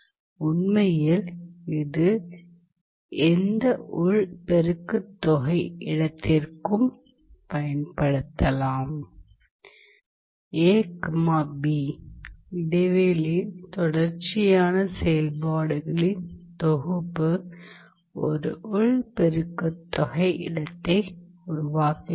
உண்மையில் இது எந்த உள் பெருக்குத்தொகை இடத்திற்கும் பயன்படுத்தப்படலாம் இடைவெளியில் தொடர்ச்சியான செயல்பாடுகளின் தொகுப்பு ஒரு உள் பெருக்குத்தொகை இடத்தை உருவாக்குகிறது